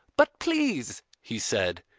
but please, he said,